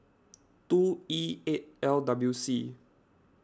two E eight L W C